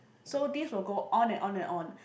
so this will go on and on and on